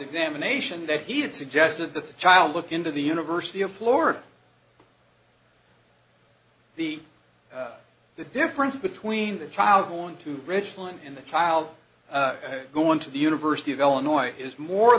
examination that he had suggested that the child look into the university of florida the the difference between the child going to richland and the child going to the university of illinois is more